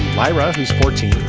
lyra, who's fourteen.